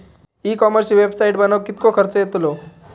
E कॉमर्सची website बनवक किततो खर्च येतलो?